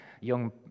young